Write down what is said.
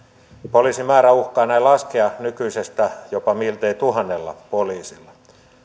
poliisimäärä uhkaa näin laskea nykyisestä jopa miltei tuhannella poliisilla